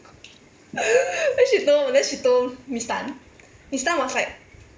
then she told then she told miss tan miss tan was like